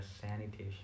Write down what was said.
sanitation